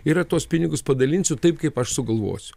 yra tuos pinigus padalinsiu taip kaip aš sugalvosiu